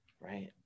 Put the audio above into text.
right